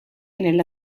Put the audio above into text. nella